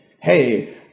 Hey